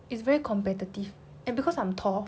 it's very competitive and because I'm tall